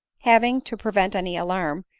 having, to prevent any alarm,